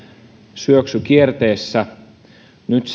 syöksykierteessä nyt